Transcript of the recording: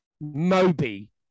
Moby